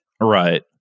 right